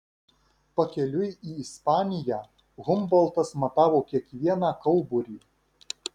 pakeliui į ispaniją humboltas matavo kiekvieną kauburį